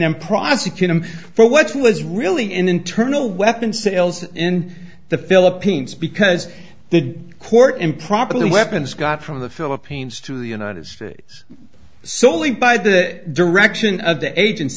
then prosecute him for what he was really in internal weapon sales in the philippines because the court improperly weapons got from the philippines to the united states solely by the direction of the agents